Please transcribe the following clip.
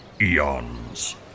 eons